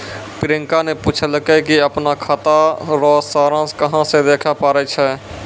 प्रियंका ने पूछलकै कि अपनो खाता रो सारांश कहां से देखै पारै छै